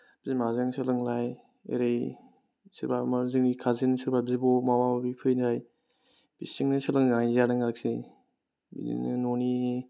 बिमाजों सोलोंनाय ओरै सोरबा माबा जोंनि काजिन सोरबा बिब' माबा माबि फैनाय बिसोरजोंनो सोलोंजानाय जादों आरोखि बिदिनो न'नि